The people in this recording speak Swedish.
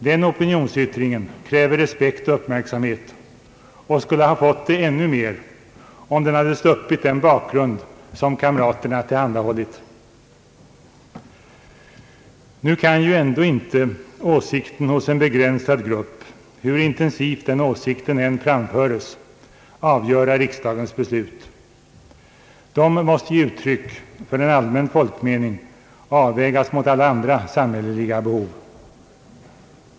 Den opinionsyttringen kräver respekt och uppmärksamhet och skulle ha fått det ännu mer om den sluppit den bakgrund som kamraterna tillhandahållit. Nu kan ju ändå inte åsikten hos en begränsad grupp, hur intensivt den åsikten än framföres, avgöra riksdagens beslut — de måste ge uttryck för en allmän folkmening och avvägas mot alla andra samhälleliga behov.